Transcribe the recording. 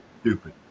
stupid